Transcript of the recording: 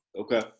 okay